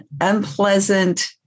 unpleasant